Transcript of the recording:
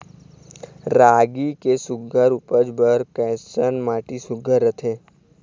रागी के सुघ्घर उपज बर कैसन माटी सुघ्घर रथे?